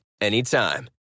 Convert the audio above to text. anytime